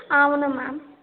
అవును మ్యామ్